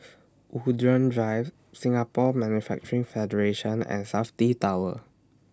Woollerton Drive Singapore Manufacturing Federation and Safti Tower